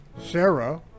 Sarah